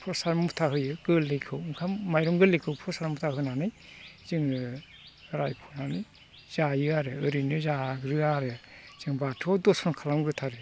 फ्रसाद मुथा होयो गोरलैखौ ओंखाम माइरं गोरलैखौ फ्रसाद मुथा होनानै जोङो रायफोरनानै जायो आरो ओरैनो जाग्रोआ आरो जों बाथौआव दरसन खालामगोरथारो